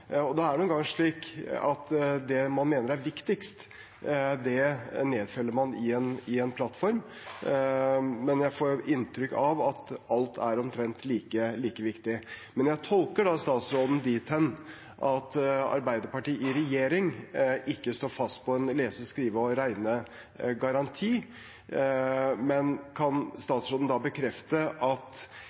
er nå engang slik at det man mener er viktigst, nedfeller man i en plattform, men jeg får inntrykk av at alt er omtrent like viktig. Jeg tolker da statsråden dit hen at Arbeiderpartiet i regjering ikke står fast på en lese-, skrive- og regnegaranti. Men kan statsråden bekrefte at